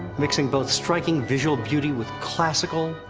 mixing both striking visual beauty with classical,